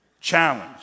challenge